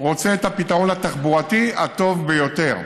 רוצה את הפתרון התחבורתי הטוב ביותר.